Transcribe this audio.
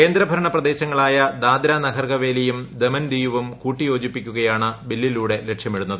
കേന്ദ്രഭരണ പ്രദേശങ്ങളായ ദാദ്ര നഗർ ഹവേലിയും ദമൻ ദിയുവും കൂട്ടിയോജിപ്പിക്കുകയാണ് ബില്ലിലൂടെ ലക്ഷ്യമിടുന്നത്